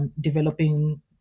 developing